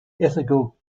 ethical